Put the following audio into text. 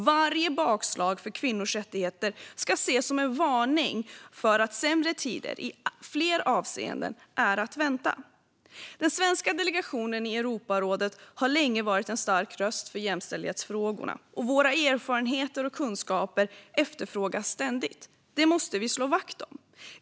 Varje bakslag för kvinnors rättigheter ska ses som en varning för att sämre tider, i flera avseenden, är att vänta. Den svenska delegationen i Europarådet har länge varit en stark röst för jämställdhetsfrågorna, och våra erfarenheter och kunskaper efterfrågas ständigt. Det måste vi slå vakt om.